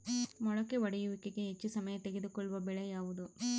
ಮೊಳಕೆ ಒಡೆಯುವಿಕೆಗೆ ಹೆಚ್ಚು ಸಮಯ ತೆಗೆದುಕೊಳ್ಳುವ ಬೆಳೆ ಯಾವುದು?